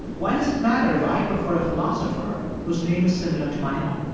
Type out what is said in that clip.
why does it matter if i prefer a philosopher whose name is similar to my own?